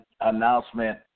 announcement